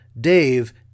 Dave